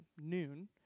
noon